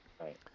right